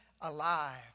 alive